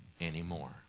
anymore